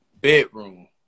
bedroom